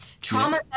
Trauma